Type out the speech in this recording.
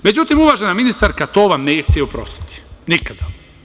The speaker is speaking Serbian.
Međutim, uvažena ministarka to vam neće oprostiti, nikada.